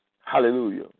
Hallelujah